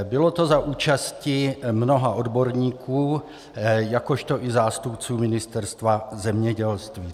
Bylo to za účasti mnoha odborníků, jakož i zástupců Ministerstva zemědělství.